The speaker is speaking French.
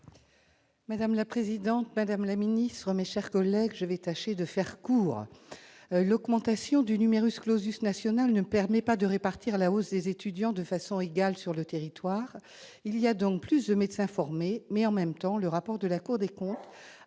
Madame la présidente, madame la ministre, mes chers collègues, je vais m'efforcer d'être brève. L'augmentation du national ne permet pas de répartir la hausse des étudiants de façon égale sur le territoire. Il y a davantage de médecins formés mais, en même temps, le rapport de la Cour des comptes